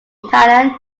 italian